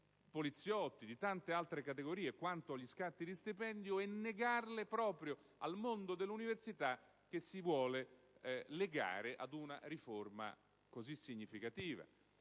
di tante altre categorie quanto agli scatti di stipendio, e negarle proprio al mondo dell'università che si vuole legare ad una riforma così significativa?